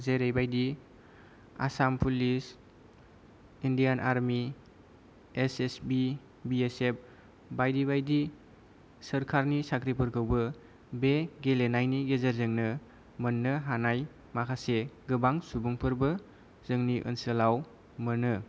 जेरैबायदि Assam police Indian army S S B B S F बायदि बायदि सोरखारनि साख्रिफोरखौबो बे गेलेनायनि गेजेरजोंनो मोन्नो हानाय माखासे गोबां सुबुंफोरबो जोंनि ओनसोलाव मोनो